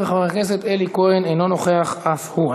חבר הכנסת אלי כהן, אינו נוכח אף הוא.